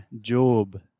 job